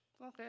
Okay